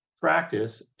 practice